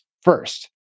First